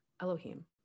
Elohim